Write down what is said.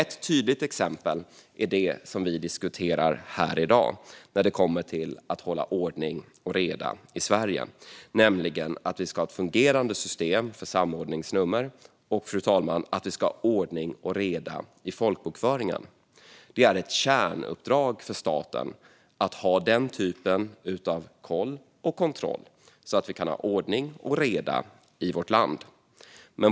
Ett tydligt exempel är det vi diskuterar här i dag när det gäller att ha ordning och reda i Sverige, nämligen att vi ska ha ett fungerande system för samordningsnummer - och ordning och reda i folkbokföringen, fru talman. Det är ett kärnuppdrag för staten att ha den typen av koll och kontroll, så att vi kan ha ordning och reda i vårt land.